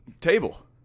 table